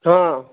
ହଁ